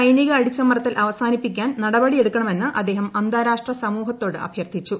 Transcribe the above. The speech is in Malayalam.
സൈനിക അടിച്ചമർത്തൽ അവസാനിപ്പിക്കാൻ നടപടിയെടുക്കണമെന്ന് അദ്ദേഹം അന്താരാഷ്ട്ര സമൂഹത്തോട് അഭ്യർത്ഥിച്ചു